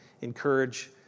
encourage